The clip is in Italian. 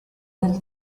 del